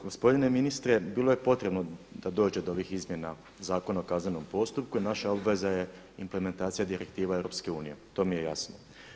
Gospodine ministre, bilo je potrebno da dođe do ovih izmjena Zakona o kaznenom postupku i naša obveza je implementacija direktiva EU, to mi je jasno.